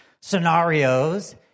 scenarios